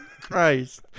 Christ